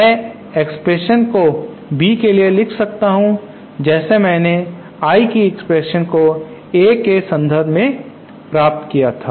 मैं एक्सप्रेशन को B के लिए लिख सकता हूं जैसे मैंने I की एक्वेशन को A के संदर्भ में प्राप्त किया था